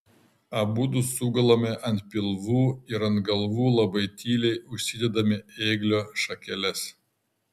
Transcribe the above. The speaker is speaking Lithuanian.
abudu sugulame ant pilvų ir ant galvų labai tyliai užsidedame ėglio šakeles